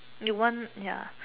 you want ya